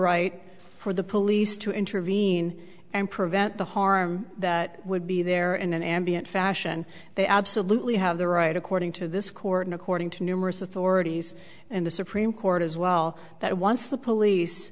right for the police to intervene and prevent the harm that would be there in an ambient fashion they absolutely have the right according to this court and according to numerous authorities and the supreme court as well that once the police